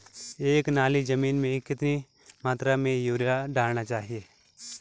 एक नाली जमीन में कितनी मात्रा में यूरिया डालना होता है?